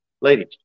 Ladies